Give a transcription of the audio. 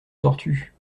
tortue